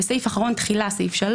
או עד תום תקופת ההארכה כפי שקבע